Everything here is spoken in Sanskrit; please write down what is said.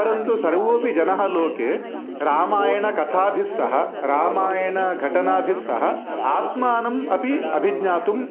परन्तु सर्वोपि जनः लोके रामायणकथाभिस्सह रामायणघटनाभिस्सह आत्मानम् अपि अभिज्ञातुम्